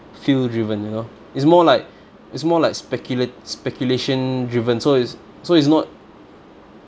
feel driven you know it's more like it's more like speculat~ speculation driven so it's so it's not